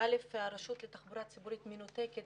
א', הרשות לתחבורה ציבורית מנותקת